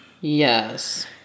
yes